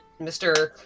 Mr